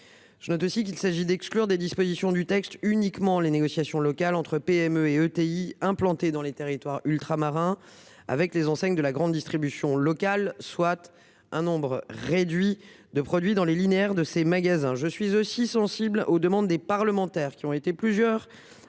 amendements ne tendent à exclure des dispositions figurant dans ce texte que les négociations locales entre PME et ETI implantées dans les territoires ultramarins et les enseignes de la grande distribution locale, soit un nombre réduit de produits dans les rayons des magasins. Je suis également sensible aux demandes des parlementaires : ils ont été plusieurs